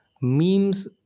memes